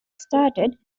started